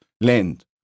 Land